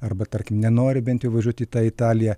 arba tarkim nenori bent įvažiuoti į tą italiją